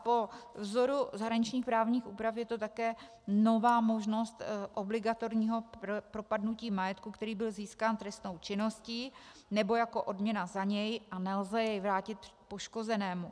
Po vzoru zahraničních právních úprav je to také nová možnost obligatorního propadnutí majetku, který byl získán trestnou činností nebo jako odměna za něj, a nelze jej vrátit poškozenému.